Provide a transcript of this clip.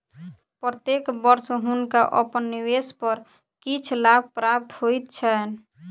प्रत्येक वर्ष हुनका अपन निवेश पर किछ लाभ प्राप्त होइत छैन